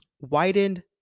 widened